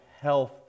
health